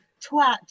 Twat